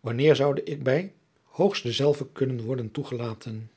wanneer zoude ik bij hoogstdezelve kunnen worden toegelaten